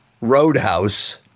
roadhouse